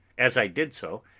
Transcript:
as i did so,